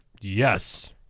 Yes